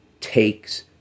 takes